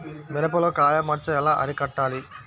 మిరపలో కాయ మచ్చ ఎలా అరికట్టాలి?